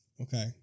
okay